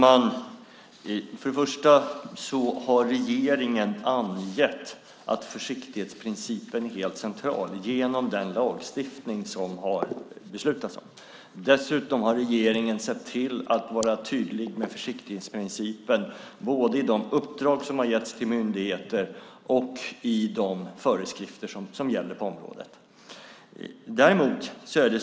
Herr talman! Regeringen har angett att försiktighetsprincipen är helt central genom den lagstiftning som det har beslutats om. Dessutom har regeringen sett till att vara tydlig med försiktighetsprincipen både i de uppdrag som har getts till myndigheter och i de föreskrifter som gäller på området.